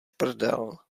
prdel